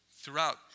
throughout